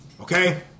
okay